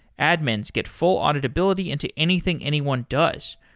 admins get full auditability into anything anyone does.